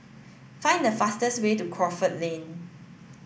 find the fastest way to Crawford Lane